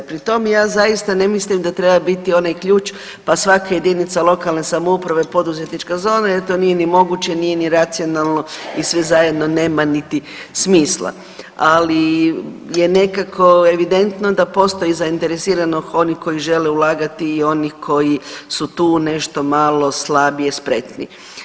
Pri tom, ja zaista ne mislim da treba biti onaj ključ pa svaka jedinica lokalne samouprave poduzetnička zona jer to nije ni moguće, nije ni racionalno i sve zajedno nema niti smisla, ali je nekako evidentno da postoji zainteresiranost onih koji žele ulagati i oni koji su tu nešto malo slabije spretni.